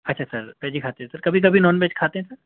اچھا sir veg ہی کھاتے ہیں سر کبھی کبھی نان ویج کھاتے ہیں سر